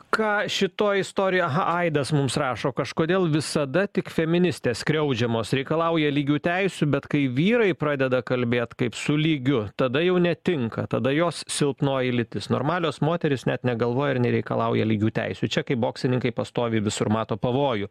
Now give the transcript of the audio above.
ką šitoj istorijoj aidas mums rašo kažkodėl visada tik feministės skriaudžiamos reikalauja lygių teisių bet kai vyrai pradeda kalbėt kaip su lygiu tada jau netinka tada jos silpnoji lytis normalios moterys net negalvoja ir nereikalauja lygių teisių čia kaip boksininkai pastoviai visur mato pavojų